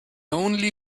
only